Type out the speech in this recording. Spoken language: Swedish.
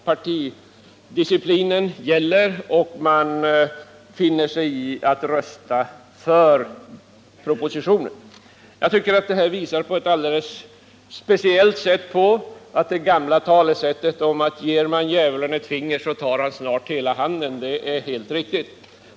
Partidisciplinen gäller, och man finner sig i att rösta för propositionen. Detta visar på ett alldeles speciellt sätt att det gamla talesättet, att om man ger djävulen ett finger så tar han snart hela handen, är helt riktigt.